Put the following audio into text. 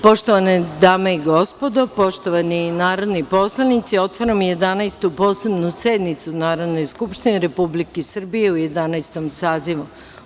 Poštovane dame i gospodo, poštovani narodni poslanici, otvaram Jedanaestu posebnu sednicu Narodne skupštine Republike Srbije u Jedanaestom sazivu.